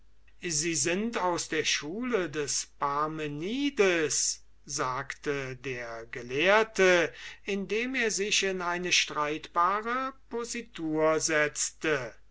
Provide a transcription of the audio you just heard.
sie sind aus der schule des parmenides sagte der gelehrte indem er sich in eine streitbare positur setzte